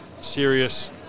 serious